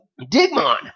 Digmon